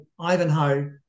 Ivanhoe